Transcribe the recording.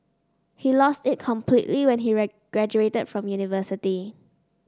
he lost it completely when he graduated from university